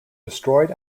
destroyed